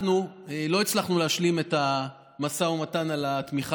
אנחנו לא הצלחנו להשלים את המשא ומתן על התמיכה